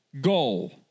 goal